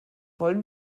wollen